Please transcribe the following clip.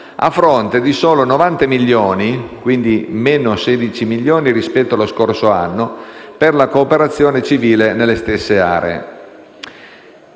a fronte di solo 90 milioni (quindi meno 16 milioni rispetto allo scorso anno) per la cooperazione civile nelle stesse aree.